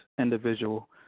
individual